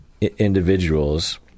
individuals